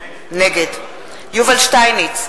נגד יובל שטייניץ,